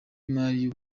imari